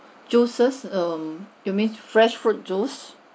juices mm you mean fresh fruit juice